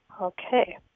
okay